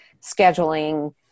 scheduling